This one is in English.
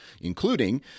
including